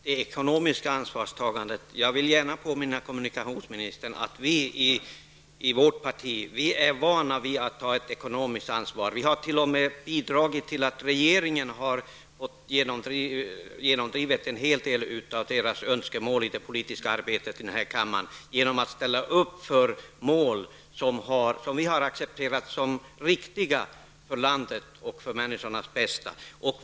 Herr talman! Det ekonomiska ansvarstagandet! Jag vill gärna påminna kommunikationsministern om att vi i vårt parti är vana vid att ta ett ekonomiskt ansvar. Vi har t.o.m. bidragit till att regeringen har fått igenom en hel del av sina önskemål i det politiska arbetet här i kammaren genom att ställa upp för mål som vi har acccepterat som riktiga för landet och tycker är till för människornas bästa.